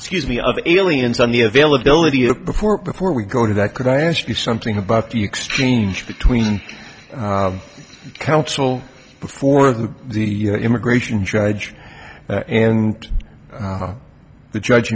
excuse me of aliens on the availability of a report before we go to that could i ask you something about the exchange between counsel before the immigration judge and the judge